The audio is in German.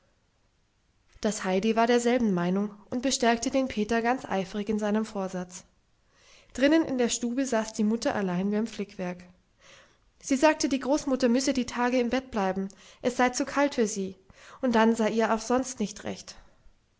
das heidi war derselben meinung und bestärkte den peter ganz eifrig in seinem vorsatz drinnen in der stube saß die mutter allein beim flickwerk sie sagte die großmutter müsse die tage im bett bleiben es sei zu kalt für sie und dann sei ihr auch sonst nicht recht